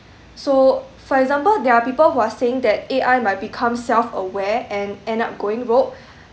so for example there are people who are saying that A_I might become self aware and end up going rouge